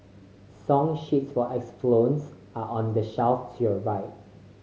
song sheets for are on the shelf to your right